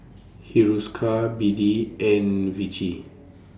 Hiruscar B D and Vichy